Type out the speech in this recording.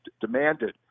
demanded